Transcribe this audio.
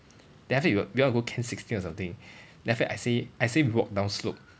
then after that we we want to go can sixteen or something then after that I say I say walk down slope